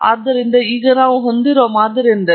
ಆದ್ದರಿಂದ ಈಗ ನಾವು ಹೊಂದಿರುವ ಮಾದರಿಯೆಂದರೆ